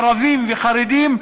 ערבים וחרדים,